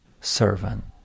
servant